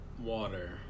water